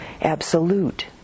absolute